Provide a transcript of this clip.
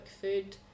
food